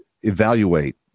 evaluate